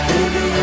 Baby